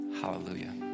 hallelujah